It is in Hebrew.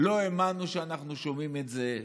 לא האמנו שאנחנו שומעים את זה,